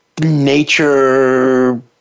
nature